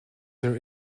there